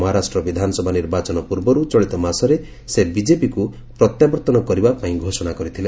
ମହାରାଷ୍ଟ୍ର ବିଧାନସଭା ନିର୍ବାଚନ ପୂର୍ବରୁ ଚଳିତ ମାସରେ ସେ ବିଜେପିକୁ ପ୍ରତ୍ୟାବର୍ତ୍ତନ କରିବା ପାଇଁ ଘୋଷଣା କରିଥିଲେ